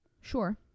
Sure